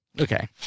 okay